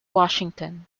washington